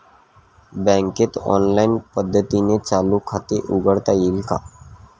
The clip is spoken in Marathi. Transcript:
बँकेत ऑनलाईन पद्धतीने चालू खाते उघडता येईल का?